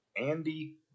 Andy